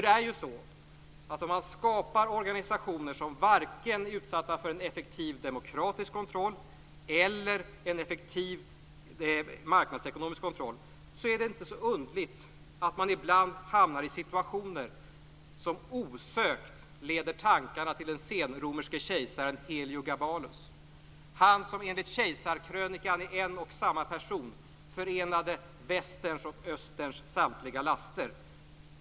Om man skapar organisationer som varken är utsatta för en effektiv demokratisk kontroll eller en effektiv marknadsekonomisk kontroll, är det inte så underligt att man ibland hamnar i situationer som osökt leder tankarna till den senromerske kejsaren Heliogabalus, han som enligt kejsarkrönikan i en och samma person förenade Västerns och Österns samtliga laster.